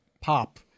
pop